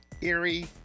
Eerie